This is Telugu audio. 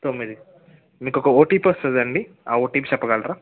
తొమ్మిది మీకు ఒక్క ఓటీపీ వస్తుంది అండి ఆ ఓటీపీ చెప్పగలరా